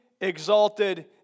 exalted